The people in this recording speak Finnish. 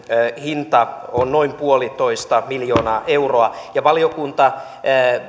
hinta on noin yksi pilkku viisi miljoonaa euroa valiokunta